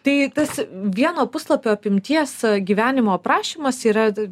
tai tas vieno puslapio apimties gyvenimo aprašymas yra